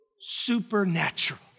Supernatural